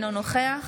אינו נוכח